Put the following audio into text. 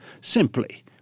simply